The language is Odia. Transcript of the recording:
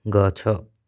ଗଛ